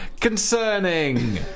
concerning